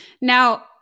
Now